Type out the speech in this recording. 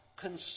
concern